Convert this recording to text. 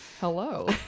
hello